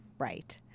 Right